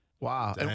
Wow